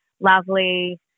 lovely